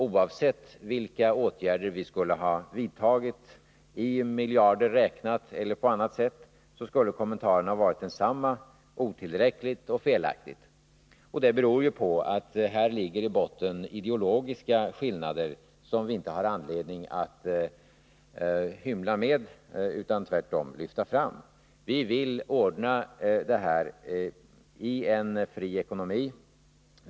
Oavsett vilka åtgärder vi skulle ha vidtagit —i miljarder räknat, eller mätt på annat sätt — skulle kommentaren ha varit densamma: otillräckligt och felaktigt. Det beror ju på att här ligger i botten ideologiska skillnader som vi inte har anledning att hymla med. Tvärtom har vi anledning att lyfta fram dem. Vi vill ordna det här i en fri ekonomi.